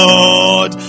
Lord